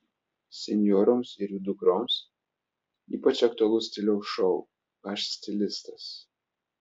senjoroms ir jų dukroms ypač aktualus stiliaus šou aš stilistas